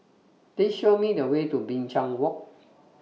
Please Show Me The Way to Binchang Walk